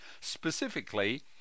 specifically